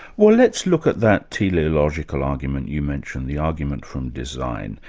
well let's look at that teleological argument you mentioned, the argument from design.